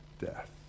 death